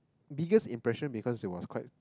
biggest impression because it was quite